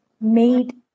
made